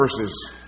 Verses